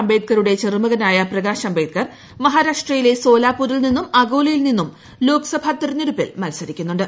അംബേദ്കറുടെ ചെറ്റുമകിനായ പ്രകാശ് അംബേദ്കർ മഹാരാഷ്ട്രയിലെ സോലാപ്പൂരിൽ ്നിന്നും അകോലയിൽ നിന്നും ലോക്സഭാ തെരഞ്ഞെടുപ്പിൽ മത്സരിക്കുന്നുണ്ട്